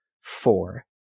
four